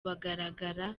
bagaragara